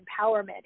empowerment